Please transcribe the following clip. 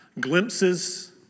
Glimpses